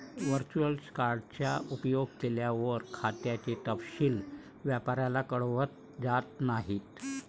virtual card चा उपयोग केल्यावर, खात्याचे तपशील व्यापाऱ्याला कळवले जात नाहीत